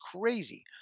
crazy